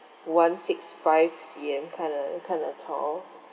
one six five C_M kind of kind of tall